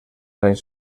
anys